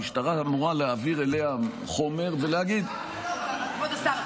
המשטרה אמורה להעביר אליה חומר ולהגיד --- כבוד השר,